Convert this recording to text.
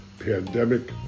pandemic